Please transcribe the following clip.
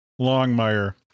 longmire